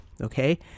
Okay